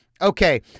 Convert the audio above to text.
okay